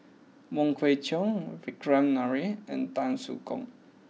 Wong Kwei Cheong Vikram Nair and Tan Soo Khoon